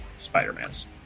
Spider-Man's